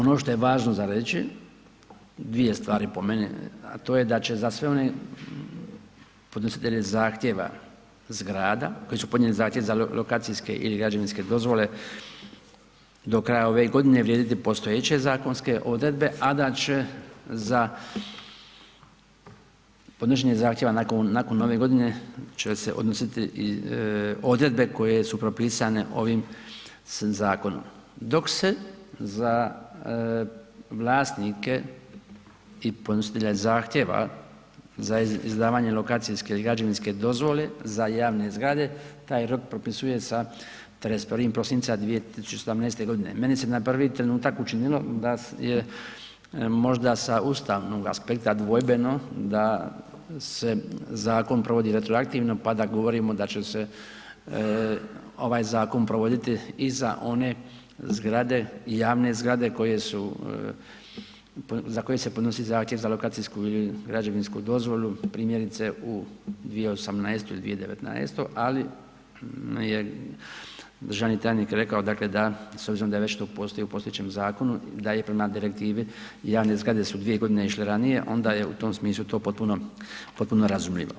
Ono što je važno za reći, dvije stvari po meni, a to je da će za sve one podnositelje zahtjeve zgrada, koji su podnijeli zahtjev za lokacijske ili građevinske dozvole, do kraja ove godine vrijediti postojeće zakonske odredbe, a da će za podnošenje zahtjeva nakon Nove Godine će se odnositi i odredbe koje su propisane ovim zakonom, dok se za vlasnike i podnositelje zahtjeva za izdavanje lokacijske i građevinske dozvole za javne zgrade taj rok propisuje sa 31. prosinca 2018.g. Meni se na prvi trenutak učinilo da je možda sa ustavnog aspekta dvojbeno da se zakon provodi retroaktivno, pa da govorimo da će se ovaj zakon provoditi i za one zgrade, javne zgrade koje su, za koje se podnosi zahtjev za lokacijsku ili građevinsku dozvolu, primjerice u 2018. i 2019., ali mi je državni tajnik rekao, dakle da s obzirom da je već to postoji u postojećem zakonu, da je prema Direktivi, javne zgrade su dvije godine išle ranije, onda je u tom smislu to potpuno, potpuno razumljivo.